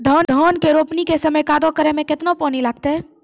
धान के रोपणी के समय कदौ करै मे केतना पानी लागतै?